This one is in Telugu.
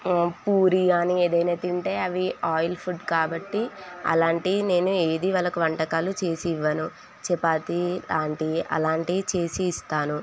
పూరి కానీ ఏదైనా తింటే అవి ఆయిల్ ఫుడ్ కాబట్టి అలాంటివి నేను ఏదీ వాళ్ళకి వంటకాలు చేసి ఇవ్వను చపాతి లాంటివి అలాంటివి చేసి ఇస్తాను